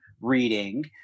reading